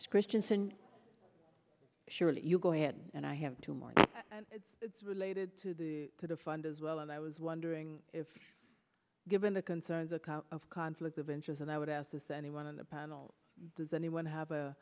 this christianson surely you go ahead and i have two more it's related to the to the fund as well and i was wondering if given the concerns of conflict of interest and i would ask this anyone on the panel does anyone have a